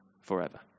forever